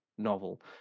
novel